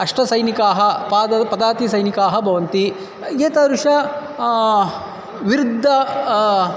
अष्टसैनिकाः पाद पदातिसैनिकाः भवन्ति एतादृश विरुद्धः